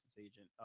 agent